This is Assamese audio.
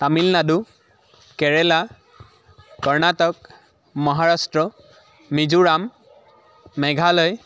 তামিলনাডু কেৰেলা কৰ্ণাটক মহাৰাষ্ট্ৰ মিজোৰাম মেঘালয়